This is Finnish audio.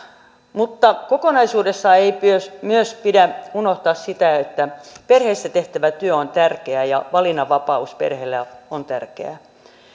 kokonaisuudessaan ei myöskään pidä unohtaa sitä että perheissä tehtävä työ on tärkeää ja valinnanvapaus perheelle on tärkeää